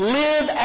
live